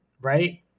right